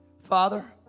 Father